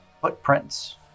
footprints